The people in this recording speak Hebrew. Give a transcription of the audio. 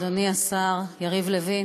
אדוני השר יריב לוין,